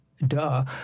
duh